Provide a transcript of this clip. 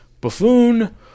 buffoon